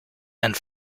and